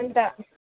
अन्त